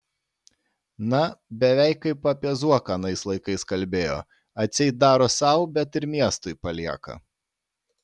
na beveik kaip apie zuoką anais laikais kalbėjo atseit daro sau bet ir miestui palieka